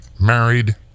married